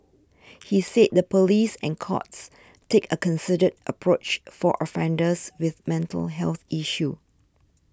he said the police and courts take a considered approach for offenders with mental health issues